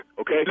okay